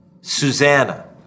Susanna